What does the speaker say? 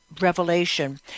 revelation